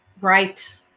Right